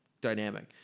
dynamic